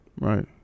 Right